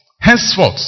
henceforth